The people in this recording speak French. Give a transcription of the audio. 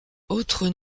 autres